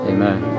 Amen